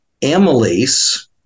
amylase